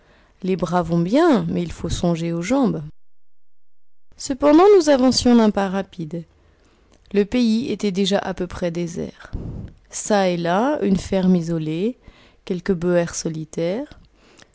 les bras vont bien mais il faut songer aux jambes cependant nous avancions d'un pas rapide le pays était déjà à peu près désert ça et là une ferme isolée quelque boër solitaire